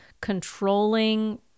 controlling